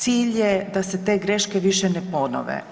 Cilj je da se te greške više ne ponove.